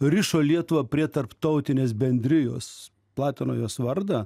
rišo lietuvą prie tarptautinės bendrijos platino jos vardą